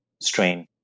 strain